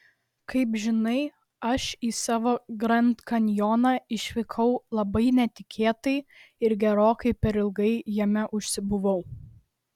kaip žinai aš į savo grand kanjoną išvykau labai netikėtai ir gerokai per ilgai jame užsibuvau